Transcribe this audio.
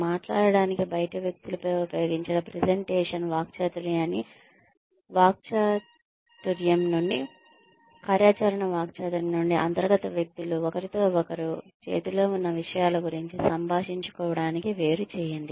మాట్లాడటానికి బయటి వ్యక్తులపై ఉపయోగించిన ప్రెజెంటేషన్ వాక్చాతుర్యాన్ని సంస్థాగత వాక్చాతుర్యం నుండి కార్యాచరణ వాక్చాతుర్యం నుండి అంతర్గత వ్యక్తులు ఒకరితో ఒకరు చేతిలో ఉన్న విషయాల గురించి సంభాషించుకోవడానికి వేరు చేయండి